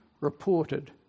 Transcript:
reported